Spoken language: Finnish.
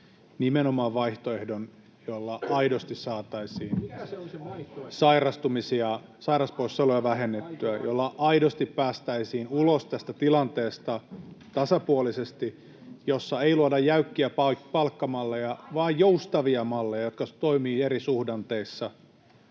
se on se vaihtoehto? — Jenna Simula: Aito!] sairauspoissaoloja vähennettyä, jolla aidosti päästäisiin ulos tästä tilanteesta tasapuolisesti, jossa ei luoda jäykkiä palkkamalleja vaan joustavia malleja, jotka toimivat eri suhdanteissa,